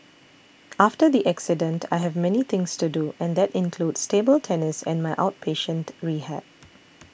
after the accident I have many things to do and that includes table tennis and my outpatient rehab